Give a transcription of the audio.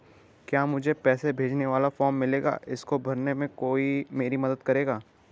क्या मुझे पैसे भेजने वाला फॉर्म मिलेगा इसको भरने में कोई मेरी मदद करेगा?